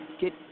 Get